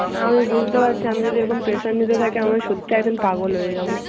না আমি বুঝতে পারছি আমি যদি এরকম প্রেশার নিতে থাকি আমি সত্যি এক দিন পাগল হয়ে যাব